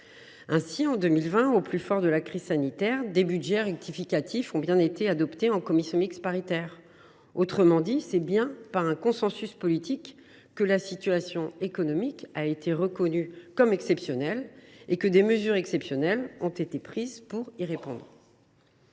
En 2020, au plus fort de la crise sanitaire, les budgets rectificatifs ont bien été adoptés en commission mixte paritaire. C’est donc bien par un consensus politique que la situation économique a été reconnue comme exceptionnelle et que des mesures exceptionnelles ont été prises pour y répondre.